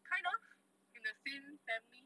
kind of in the same family